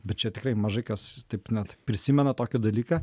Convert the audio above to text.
bet čia tikrai mažai kas taip net prisimena tokį dalyką